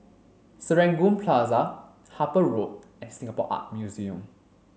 Serangoon Plaza Harper Road and Singapore Art Museum